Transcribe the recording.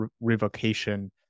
revocation